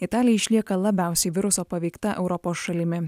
italija išlieka labiausiai viruso paveikta europos šalimi